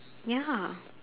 ya